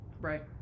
right